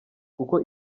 kuko